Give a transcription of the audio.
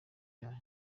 yayo